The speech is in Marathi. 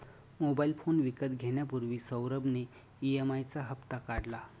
मोबाइल फोन विकत घेण्यापूर्वी सौरभ ने ई.एम.आई चा हप्ता काढला